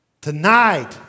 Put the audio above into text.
Tonight